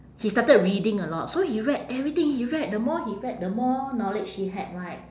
he started reading a lot so he read everything he read the more he read the more knowledge he had right